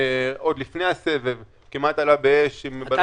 עוד לפני הסבב כמעט עלה באש -- אתה